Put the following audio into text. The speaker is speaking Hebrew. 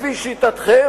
לפי שיטתכם,